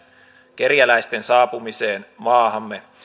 kerjäläisten saapumiseen maahamme